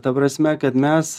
ta prasme kad mes